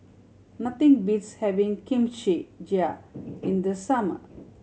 nothing beats having Kimchi Jjigae in the summer